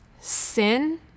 sin